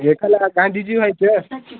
एकाला गांधीजी व्हायचं आहे